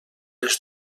les